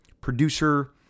producer